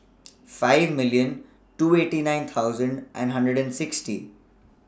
five million twenty nine thousand and hundred and sixty